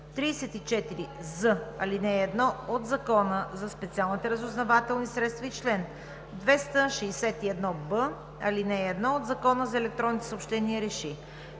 34з, ал. 1 от Закона за специалните разузнавателни средства и чл. 261б, ал. 1 от Закона за електронните съобщения